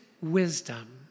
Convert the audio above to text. wisdom